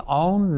own